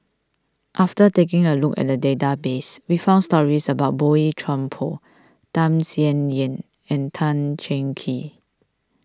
after taking a look at the database we found stories about Boey Chuan Poh Tham Sien Yen and Tan Cheng Kee